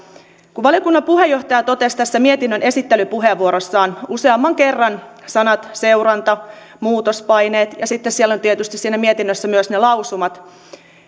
kun valiokunnan puheenjohtaja totesi tässä mietinnön esittelypuheenvuorossaan useamman kerran sanat seuranta ja muutospaineet ja sitten siellä mietinnössä on tietysti ne lausumat